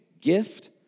gift